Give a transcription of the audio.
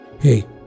hey